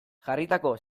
jarritako